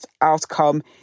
outcome